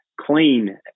clean